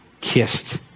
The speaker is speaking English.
kissed